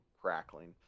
crackling